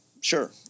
Sure